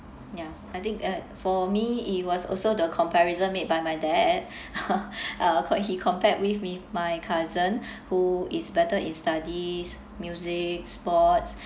ya I think uh for me it was also the comparison made by my dad uh ca~ he compared with me my cousin who is better in studies music sports